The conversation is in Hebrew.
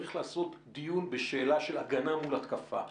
צריך לעשות דיון בשאלה של הגנה מול התקפה.